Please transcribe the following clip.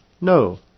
No